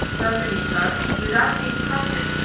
don benito, without being prompted,